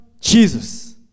Jesus